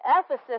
Ephesus